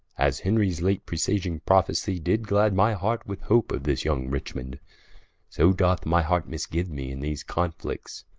as henries late presaging prophecie did glad my heart, with hope of this young richmond so doth my heart mis-giue me, in these conflicts,